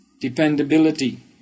dependability